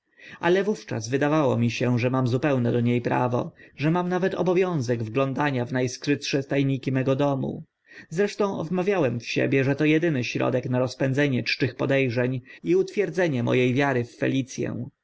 ale wówczas wydawało mi się że mam zupełne do nie prawo że mam nawet obowiązek wglądania w na skrytsze ta niki mego domu zresztą wmawiałem w siebie że to edyny środek na rozpędzenie czczych pode rzeń i utwierdzenie mo e wiary